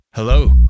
Hello